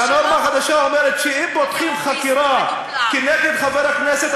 והנורמה החדשה אומרת שאם פותחים חקירה כנגד חבר הכנסת,